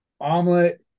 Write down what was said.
omelet